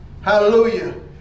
Hallelujah